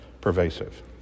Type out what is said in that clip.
pervasive